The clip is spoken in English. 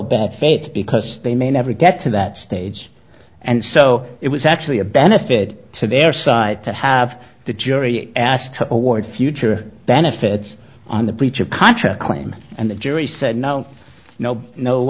fate because they may never get to that stage and so it was actually a benefit to their side to have the jury asked to award future benefits on the breach of contract claim and the jury said no no no